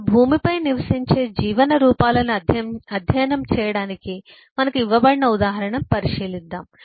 ఇక భూమిపై నివసించే జీవన రూపాలను అధ్యయనం చేయడానికి మనకు ఇవ్వబడిన ఉదాహరణలను పరిశీలిద్దాం